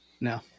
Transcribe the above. no